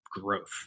growth